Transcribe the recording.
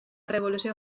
revolució